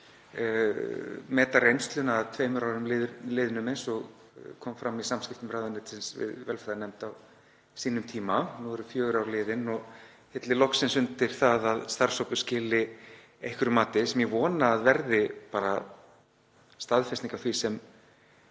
og meta reynsluna að tveimur árum liðnum eins og kom fram í samskiptum ráðuneytisins við velferðarnefnd á sínum tíma. Nú eru fjögur ár liðin og hillir loksins undir að starfshópur skili einhverju mati, sem ég vona að verði staðfesting á því sem